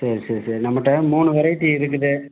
சரி சரி சரி நம்மகிட்ட மூணு வெரைட்டி இருக்குது